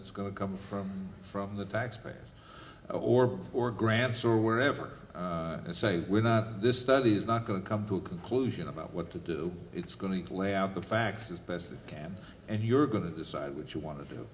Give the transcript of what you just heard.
it's going to come from from the taxpayers or or grants or wherever and say we're not this study is not going to come to a conclusion about what to do it's going to lay out the facts as best you can and you're going to decide what you want to